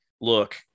look